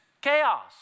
chaos